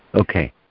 Okay